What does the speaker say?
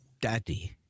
daddy